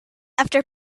after